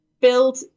build